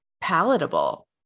palatable